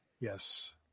Yes